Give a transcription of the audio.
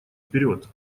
вперед